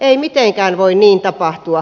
ei mitenkään voi niin tapahtua